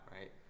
Right